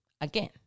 again